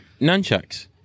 nunchucks